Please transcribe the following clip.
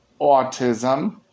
autism